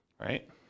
right